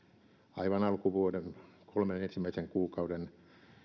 aivan alkuvuoden kolmen ensimmäisen kuukauden